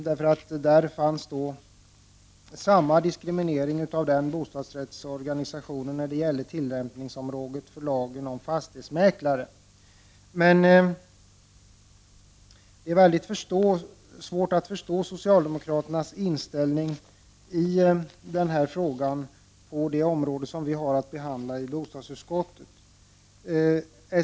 Där diskriminerades denna bostadsrättsorganisation på samma sätt när det gällde tillämpningsområdet för lagen om fastighetsmäklare. Men det är mycket svårt att förstå socialdemokraternas inställning i den här frågan när det gäller det område som vi har att behandla i bostadsutskottet.